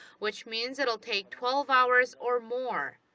which means it will take twelve hours or more.